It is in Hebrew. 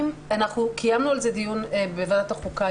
קיימנו על זה דיון בוועדת החוקה,